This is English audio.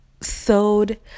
sewed